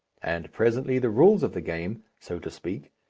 and presently the rules of the game, so to speak,